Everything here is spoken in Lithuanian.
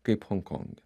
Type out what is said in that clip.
kaip honkonge